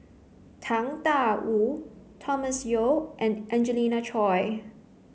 Tang Da Wu Thomas Yeo and Angelina Choy